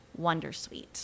Wondersuite